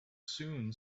soon